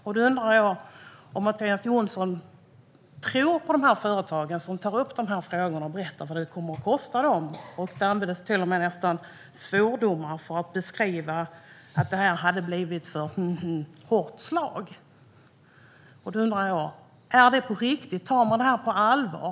Jag undrar om Mattias Jonsson tror på dessa företag när de berättar vad det kommer att kosta dem. Det användes till och med svordomar för att beskriva att det här hade blivit för - hmhm - hårt slag. Då undrar jag: Tar man det här på allvar?